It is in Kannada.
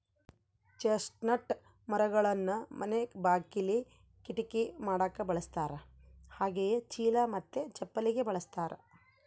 ಚೆಸ್ಟ್ನಟ್ ಮರಗಳನ್ನ ಮನೆ ಬಾಕಿಲಿ, ಕಿಟಕಿ ಮಾಡಕ ಬಳಸ್ತಾರ ಹಾಗೆಯೇ ಚೀಲ ಮತ್ತೆ ಚಪ್ಪಲಿಗೆ ಬಳಸ್ತಾರ